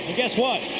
guess what?